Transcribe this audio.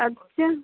اچھا